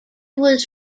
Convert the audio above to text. was